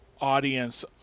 audience